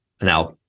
Now